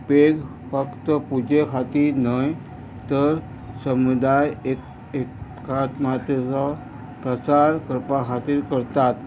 पेघ फक्त पुजे खातीर न्हय तर समुदाय एक एकात्मातेचो प्रसार करपा खातीर करतात